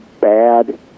bad